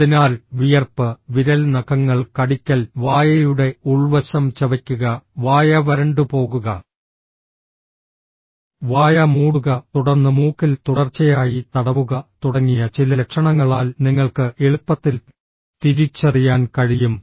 അതിനാൽ വിയർപ്പ് വിരൽ നഖങ്ങൾ കടിക്കൽ വായയുടെ ഉൾവശം ചവയ്ക്കുക വായ വരണ്ടുപോകുക വായ മൂടുക തുടർന്ന് മൂക്കിൽ തുടർച്ചയായി തടവുക തുടങ്ങിയ ചില ലക്ഷണങ്ങളാൽ നിങ്ങൾക്ക് എളുപ്പത്തിൽ തിരിച്ചറിയാൻ കഴിയും